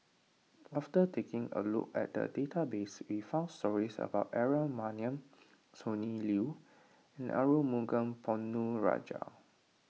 after taking a look at the database we found stories about Aaron Maniam Sonny Liew and Arumugam Ponnu Rajah